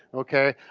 okay,